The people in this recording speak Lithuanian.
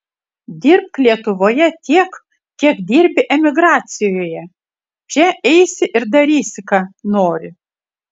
dirbk lietuvoje tiek kiek dirbi emigracijoje čia eisi ir darysi ką nori